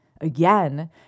again